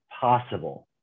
possible